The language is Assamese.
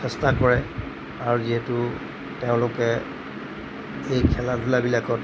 চেষ্টা কৰে আৰু যিহেতু তেওঁলোকে এই খেলা ধূলাবিলাকত